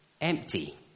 empty